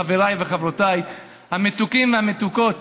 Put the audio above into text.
חבריי וחברותיי המתוקים והמתוקות